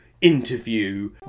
interview